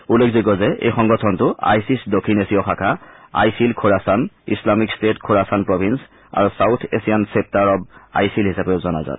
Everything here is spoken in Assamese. উল্লেখযোগ্য যে এই সংগঠনটো আইছিছ দক্ষিণ এছিয় শাখা ISIL Khorasan Islamic State Khorasan province আৰু South Asian chapter of ISIL হিচাপেও জনাজাত